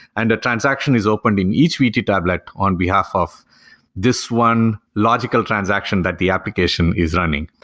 and transaction is opened in each vt tablet on behalf of this one logical transaction that the application is running.